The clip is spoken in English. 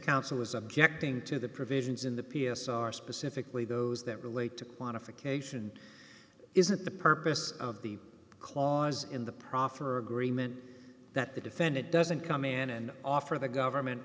counsel was objecting to the provisions in the p s are specifically those that relate to quantify occasion isn't the purpose of the clause in the proffer agreement that the defendant doesn't come in and offer the government